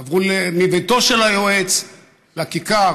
עברו מביתו של היועץ לכיכר,